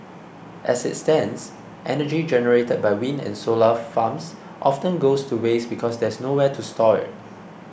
as it stands energy generated by wind and solar farms often goes to waste because there's nowhere to store it